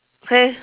okay